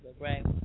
right